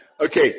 Okay